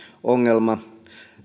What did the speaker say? ongelma